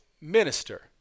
minister